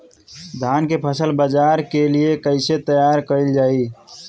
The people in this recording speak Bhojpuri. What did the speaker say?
धान के फसल बाजार के लिए कईसे तैयार कइल जाए?